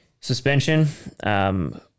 Suspension